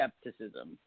skepticism